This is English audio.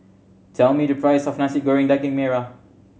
tell me the price of Nasi Goreng Daging Merah